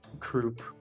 troop